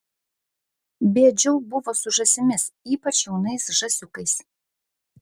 bėdžiau buvo su žąsimis ypač jaunais žąsiukais